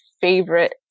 favorite